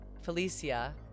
Felicia